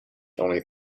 only